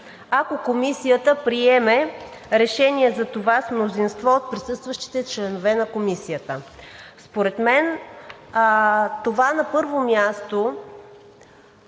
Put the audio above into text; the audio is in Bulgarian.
ако Комисията приеме решение за това с мнозинство от присъстващите членове на Комисията. Според мен това, на първо място,